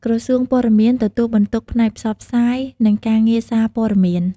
ក្រសួងព័ត៌មាន ទទួលបន្ទុកផ្នែកផ្សព្វផ្សាយ និងការងារសារព័ត៌មាន។